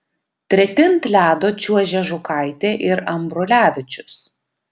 treti ant ledo čiuožė žukaitė ir ambrulevičius